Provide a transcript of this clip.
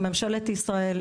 אלא ממשלת ישראל,